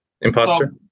Imposter